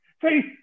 faith